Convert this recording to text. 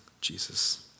Jesus